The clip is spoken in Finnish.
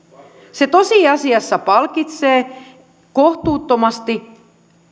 se tosiasiassa palkitsee kohtuuttomasti